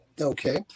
Okay